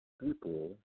people